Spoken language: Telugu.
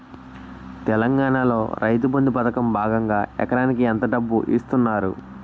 తెలంగాణలో రైతుబంధు పథకం భాగంగా ఎకరానికి ఎంత డబ్బు ఇస్తున్నారు?